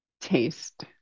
taste